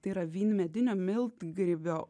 tai yra vynmedinio miltgrybio